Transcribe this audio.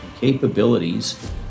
capabilities